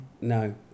No